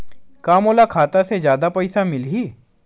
का मोला खाता से जादा पईसा मिलही?